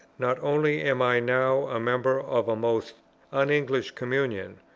not only am i now a member of a most un-english communion,